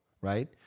right